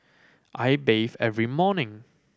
I bathe every morning